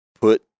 put